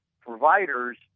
providers